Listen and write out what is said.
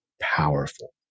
powerful